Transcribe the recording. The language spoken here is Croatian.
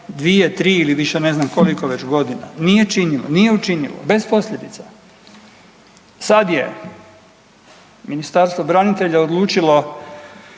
2, 3 ili ne znam koliko već godina. Nije činilo, nije učinilo bez posljedica. Sad je Ministarstvo branitelja odlučilo